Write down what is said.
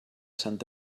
sant